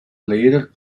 lehrer